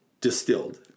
distilled